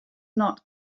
not